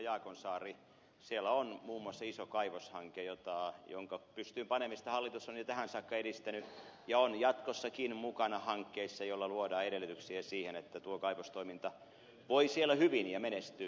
jaakonsaari siellä on muun muassa iso kaivoshanke jonka pystyyn panemista hallitus on jo tähän saakka edistänyt ja on jatkossakin mukana hankkeissa joilla luodaan edellytyksiä siihen että tuo kaivostoiminta voi siellä hyvin ja menestyy